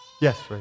Yes